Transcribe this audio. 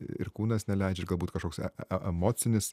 ir kūnas neleidžia ir g galbūt kažkoks e emocinis